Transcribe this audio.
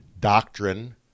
doctrine